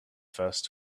first